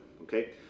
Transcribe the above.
okay